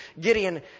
Gideon